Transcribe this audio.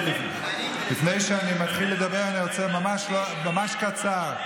לפני שאני מתחיל לדבר, אני רוצה ממש קצר.